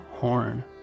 horn